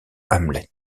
hamlet